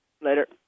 Later